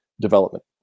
development